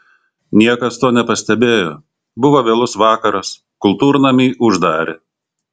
niekas to nepastebėjo buvo vėlus vakaras kultūrnamį uždarė